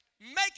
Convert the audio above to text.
Make